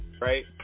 right